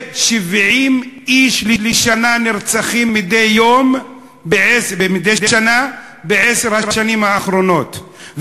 ו-70 איש נרצחים מדי שנה בעשר השנים האחרונות.